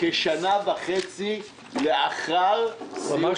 כשנה וחצי לאחר סיום שנת הכספים.